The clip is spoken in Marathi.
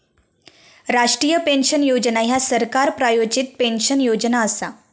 राष्ट्रीय पेन्शन योजना ह्या सरकार प्रायोजित पेन्शन योजना असा